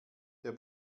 der